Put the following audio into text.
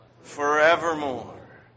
forevermore